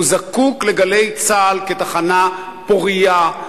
הוא זקוק ל"גלי צה"ל" כתחנה פורייה,